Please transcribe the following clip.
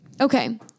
okay